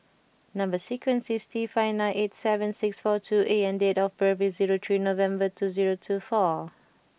number sequence is T five nine eight seven six four two A and date of birth is three November two two four